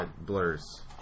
blurs